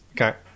Okay